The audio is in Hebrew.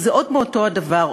זה עוד מאותו הדבר,